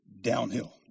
downhill